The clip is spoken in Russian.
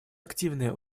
активное